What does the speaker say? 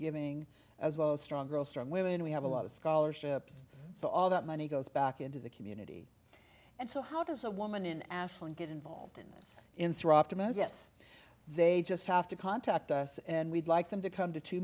giving as well as strong girl strong women we have a lot of scholarships so all that money goes back into the community and so how does a woman in ashland get involved and optimise it they just have to contact us and we'd like them to come to t